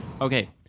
okay